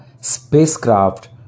spacecraft